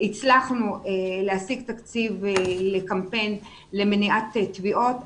הצלחנו להשיג תקציב לקמפיין למניעת טביעות,